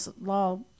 law